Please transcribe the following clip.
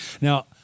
Now